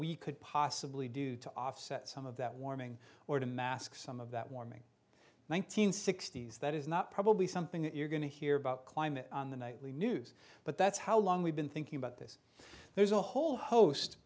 we could possibly do to offset some of that warming or to mask some of that warming one nine hundred sixty s that is not probably something that you're going to hear about climate on the nightly news but that's how long we've been thinking about this there's a whole host